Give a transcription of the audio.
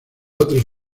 otros